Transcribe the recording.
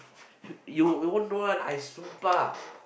you you won't know one I sumpah